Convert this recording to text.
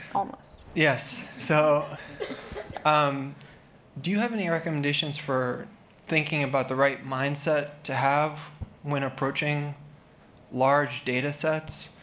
almost. yes. so um do you have any recommendations for thinking about the right mindset to have when approaching large datasets?